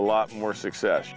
a lot more success